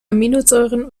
aminosäuren